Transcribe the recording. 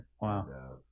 Wow